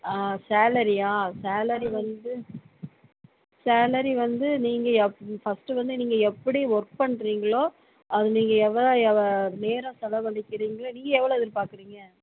ஆ சேலரியா சேலரி வந்து சேலரி வந்து நீங்கள் ஃபஸ்ட்டு வந்து நீங்கள் எப்படி ஒர்க் பண்ணுறீங்களோ நீங்கள் எவ்வளோ நேரம் செலவழிக்கிறிங்களோ நீங்கள் எவ்வளோ எதிர்பார்க்குறீங்க